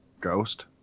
ghost